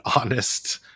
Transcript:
honest